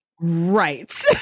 Right